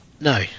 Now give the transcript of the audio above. No